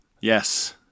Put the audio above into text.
yes